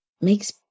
makes